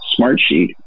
Smartsheet